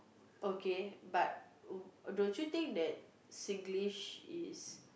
okay but don't you think that Singlish is